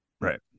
right